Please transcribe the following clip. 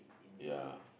ya